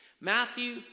Matthew